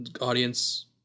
audience